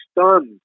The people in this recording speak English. stunned